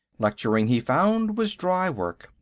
lecturing, he found, was dry work.